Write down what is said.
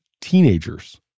teenagers